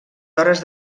hores